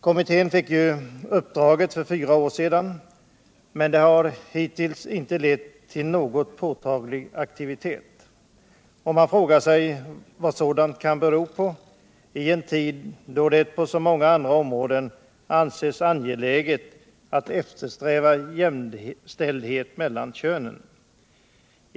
Kommittén fick detta uppdrag för fyra år sedan, men det har hittills inte lett till någon påtaglig aktivitet. Man frågar sig vad sådant kan bero på i en tid då det på så många andra områden anses angeläget att eftersträva jämlikhet mellan könen.